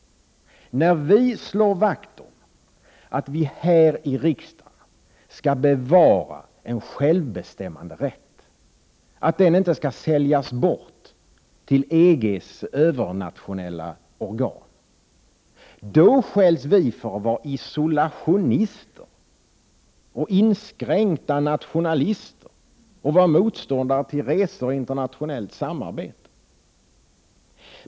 När vi slår vakt om att riksdagen skall bevara en självbestämmanderätt och att den inte skall säljas bort till EG:s övernationella organ, skälls vi för att vara isolationister och inskränkta nationalister och vara motståndare till resor och internationellt samarbete.